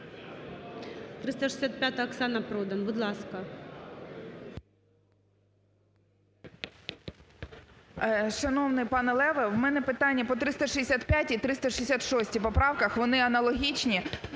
365-а, Оксана Продан. Будь ласка.